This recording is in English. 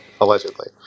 Allegedly